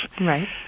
Right